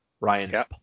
Ryan